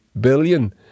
billion